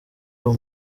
uwo